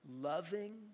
loving